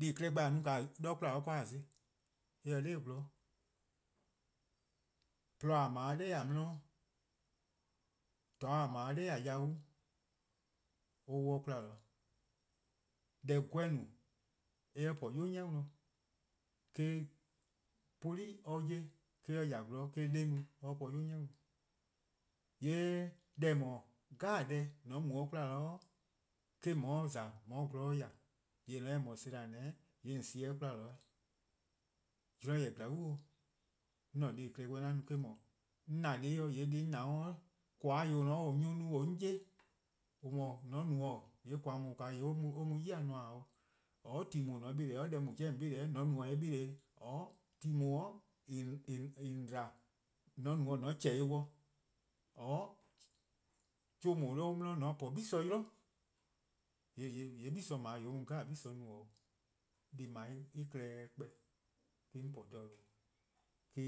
Deh-a klehkpeh-a no- 'de 'kwla 'de :a za-ih eh :se no :gwloror'. :porluh :a 'ble-a 'nor :a 'di, 'toror' :a 'ble-a 'nor :a yau', or 'wluhj 'de 'kwla. Deh 'gweh no-a eh po-a 'yu 'ni worn eh-: poli' 'ye or :ya :gwlor :eh-: 'de-a no or po 'yu 'ni worn. :yee' deh :eh :mor deh 'jeh :mor :on mu 'de 'kwla eh-: :on 'ye 'de :za "on 'ye :gwlor :ya. :yeh :eh no-a sela: :deh :yee' :on sie-eh 'de 'weh. :mor zorn zen :glaa'e, 'an deh+-a klehkpeh 'an no en-: 'dhu, 'on :na deh+-dih :yee' deh+-a klehkpeh 'on na-a dih, :koan: :yor nyor+-a no-a :or 'on 'ye-a, :eh :mor :mor :on no-a :yee' :koan: :daa or mu 'yi-dih :nmor 'o, or ti :daa :on 'beleh-dih-a dih, deh-a 'jeh :on 'beleh-a' :mor no-a 'o eh beleh-eh, :oror' ti :daa :en :on dba-' :mor :on no-a :on chehn-dih-dih :oror' 'chuh :daa 'de on 'di :mor :on po gle 'yli eh mu 'yi-dih :nmor 'o, :yee' gle :dao: eh mu gle 'jeh no 'o. En klehkpeh me-: 'on po :dha :due', me-: